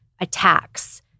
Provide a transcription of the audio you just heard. attacks